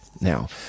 now